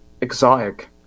exotic